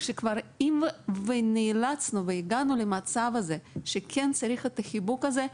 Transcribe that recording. אם נאלצנו והגענו למצב הזה שכן צריך את החיבוק הזה,